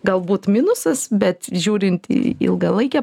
galbūt minusas bet žiūrint į ilgalaikę